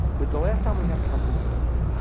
but the last time we had company over,